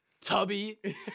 tubby